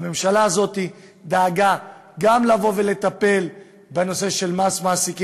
הממשלה הזאת דאגה גם לטפל בנושא של מס מעסיקים,